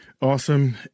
Awesome